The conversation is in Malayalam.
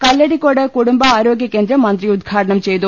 കല്ലടിക്കോട് കുടുംബ ആരോഗ്യകേന്ദ്രം മന്ത്രി ഉദ്ഘാടനം ചെയ്തു